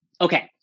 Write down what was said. Okay